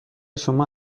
شما